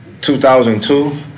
2002